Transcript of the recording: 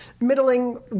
middling